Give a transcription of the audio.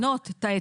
להתנות את ההיתר.